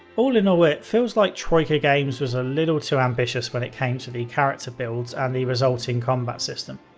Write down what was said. all in all, it feels like troika games was a little too ambitious when it came to the character builds and the resulting combat system.